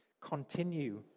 continue